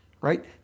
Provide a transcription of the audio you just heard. Right